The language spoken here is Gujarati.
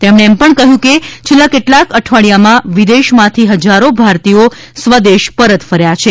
તેમણે કહ્યું કે છેલ્લાં કેટલાંક અઠવાડિયામાં વિદેશમાંથી હજારો ભારતીયો સ્વદેશ પરત ફર્યા છે